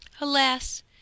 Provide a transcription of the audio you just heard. Alas